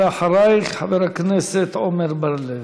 ואחרייך, חבר הכנסת עמר בר-לב.